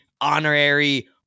honorary